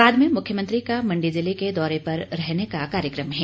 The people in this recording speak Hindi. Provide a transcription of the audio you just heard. बाद में मुख्यमंत्री का मंडी जिले के दौरे पर रहने का कार्यक्रम है